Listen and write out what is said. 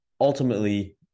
ultimately